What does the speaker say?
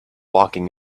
walking